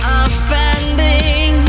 offending